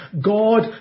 God